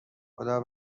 خدا